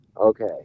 okay